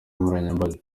nkoranyambaga